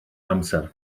amser